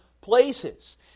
places